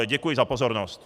Děkuji za pozornost.